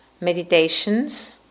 Meditations